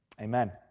Amen